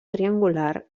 triangular